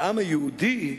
בעם היהודי,